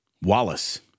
Wallace